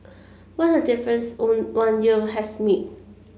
what a difference one one year has made